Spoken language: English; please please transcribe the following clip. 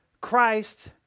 Christ